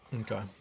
Okay